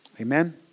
Amen